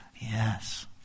yes